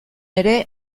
ere